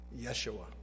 Yeshua